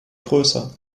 größer